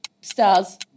Stars